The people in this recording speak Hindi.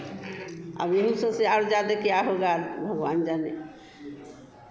अब यही सबसे अब ज़्यादा क्या होगा भगवान जाने